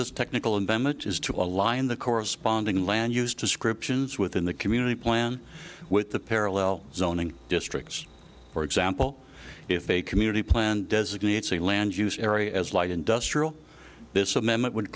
this technical environment is to align the corresponding land use descriptions within the community plan with the parallel zoning districts for example if a community plan designates a land use area as light industrial this amendment would